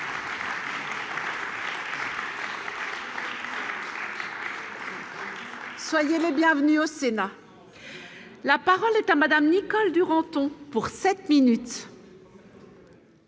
Soyez les bienvenus au Sénat. La parole est à madame Nicole Duranton pour 7 minutes.